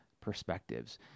perspectives